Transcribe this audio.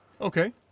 Okay